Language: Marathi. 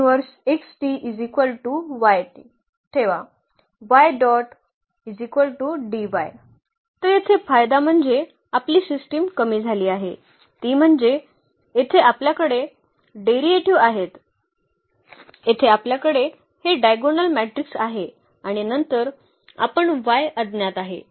तर ठेवा तर येथे फायदा म्हणजे आपली सिस्टीम कमी झाली आहे ती म्हणजे येथे आपल्याकडे डेरिव्हेटिव्ह्ज आहेत येथे आपल्याकडे हे डायगोनल मॅट्रिक्स आहे आणि नंतर आपण y अज्ञात आहे